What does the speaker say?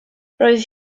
roedd